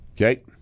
okay